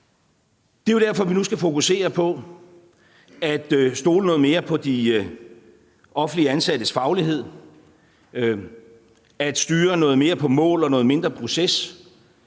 Det er jo derfor, at vi nu skal fokusere på at stole noget mere på de offentligt ansattes faglighed, at styre noget mere på mål og noget mindre proces.